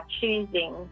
choosing